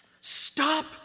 Stop